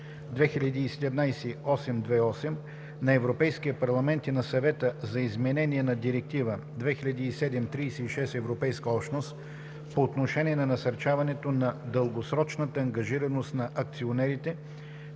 2017/828 на Европейския парламент и на Съвета за изменение на Директива 2007/36/ЕО по отношение на насърчаването на дългосрочната ангажираност на акционерите,